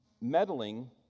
Meddling